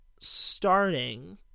starting